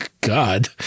God